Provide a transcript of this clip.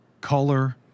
Color